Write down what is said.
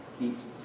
keeps